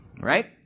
Right